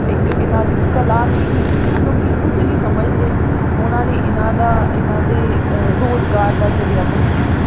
ਇੱਕ ਇਹਨਾਂ ਦੀ ਕਲਾ ਨੇ ਹੀ ਜਿਹਨੂੰ ਲੋਕ ਕੁਝ ਨਹੀਂ ਸਮਝਦੇ ਉਹਨਾਂ ਨੇ ਇਹਨਾਂ ਦਾ ਇਹਨਾਂ ਦੇ ਰੋਜ਼ਗਾਰ ਦਾ ਜ਼ਰੀਆ ਬਣਿਆ ਹੋਇਆ